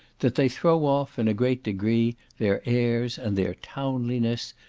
that they throw off, in a great degree, their airs, and their townliness,